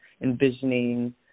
envisioning